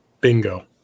Bingo